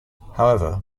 however